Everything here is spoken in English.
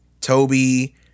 Toby